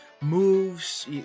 moves